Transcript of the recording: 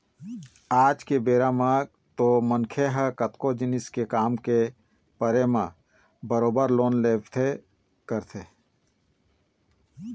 आज के बेरा म तो मनखे ह कतको जिनिस के काम के परे म बरोबर लोन लेबे करथे